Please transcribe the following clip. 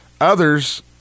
Others